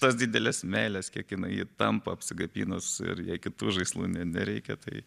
tas dideles meiles kiek jinai jį tampo apsikabinus ir jei kitų žaislų ne nereikia tai